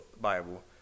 Bible